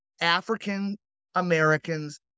African-Americans